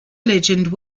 legend